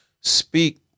speak